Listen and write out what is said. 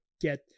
Get